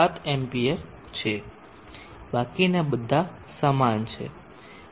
7 amps છે બાકીના બધા સમાન છે